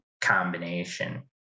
combination